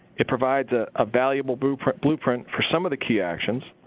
it provides a ah valuable blueprint blueprint for some of the key actions